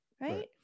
right